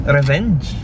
Revenge